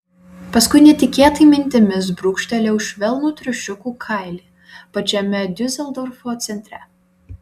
paskui netikėtai mintimis brūkštelėjau švelnų triušiukų kailį pačiame diuseldorfo centre